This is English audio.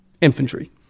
Infantry